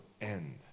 end